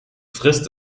frist